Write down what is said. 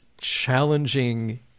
challenging